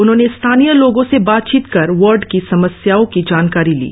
उन्होंने स्थानीय लोगो से बातचीत कर वार्ड की समस्याओ की जानकारी ली